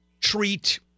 treat